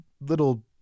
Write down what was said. little